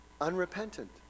unrepentant